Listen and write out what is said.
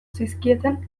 zizkieten